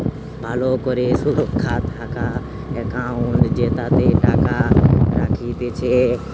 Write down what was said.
ভালো করে সুরক্ষা থাকা একাউন্ট জেতাতে টাকা রাখতিছে